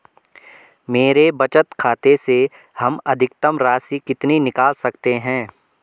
मेरे बचत खाते से हम अधिकतम राशि कितनी निकाल सकते हैं?